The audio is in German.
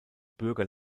bürger